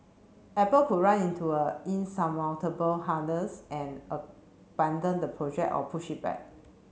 apple could run into a insurmountable hurdles and abandon the project or push it back